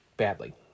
badly